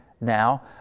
now